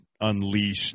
unleash